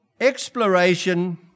Exploration